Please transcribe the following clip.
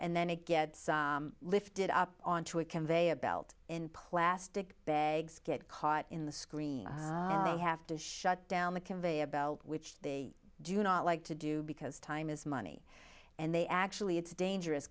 and then it gets lifted up onto a conveyor belt in plastic bags get caught in the screen have to shut down the conveyor belt which they do not like to do because time is money and they actually it's dangerous